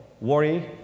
worry